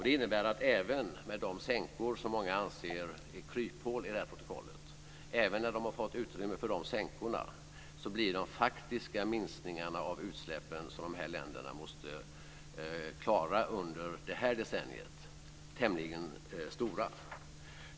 Det innebär att även när man har fått utrymme för de sänkor som många anser är kryphål i det här protokollet blir de faktiska minskningarna av utsläppen som dessa länder måste klara under det här decenniet tämligen stora.